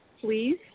Please